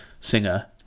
singer